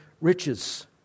riches